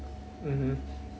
mmhmm